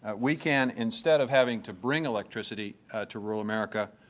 we can, instead of having to bring electricity to rural america,